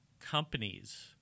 companies